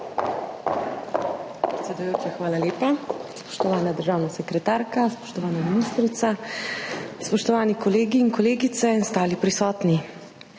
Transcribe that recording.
hvala lepa. Spoštovana državna sekretarka, spoštovana ministrica, spoštovani kolegi in kolegice ter ostali prisotni!